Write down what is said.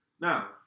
Now